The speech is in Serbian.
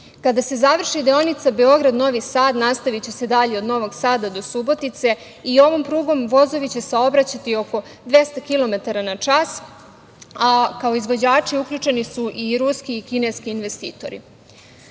Kada se završi deonica Beograd – Novi Sad, nastaviće se dalje od Novog Sada do Subotice i ovom prugom vozovi će saobraćati oko 200 kilometara na čas, a kao izvođači uključeni su i ruski i kineski investitori. Da